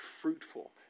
fruitful